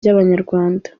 ry’abanyarwanda